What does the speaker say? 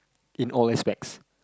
in all aspects